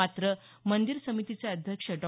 मात्र मंदीर समितीचे अध्यक्ष डॉ